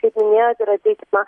kaip minėjot yra teisiama